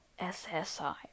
SSI